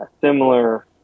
similar